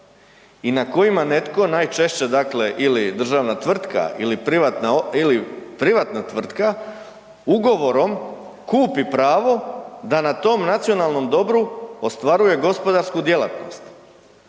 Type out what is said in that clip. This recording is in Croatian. I na kojima netko, najčešće, dakle ili državna tvrtka ili privatna tvrtka ugovorom kupi pravo da na tom nacionalnom dobru ostvaruje gospodarsku djelatnost.